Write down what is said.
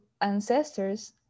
ancestors